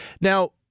Now